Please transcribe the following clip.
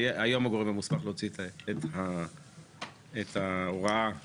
שהיא היום הגורם המוסמך להוציא את ההוראה לניתוק.